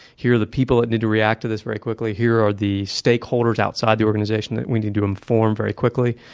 here are the people that need to react to this very quickly. here are the stakeholders outside the organization that we need to inform very quickly.